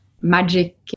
magic